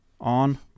on